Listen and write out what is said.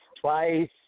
twice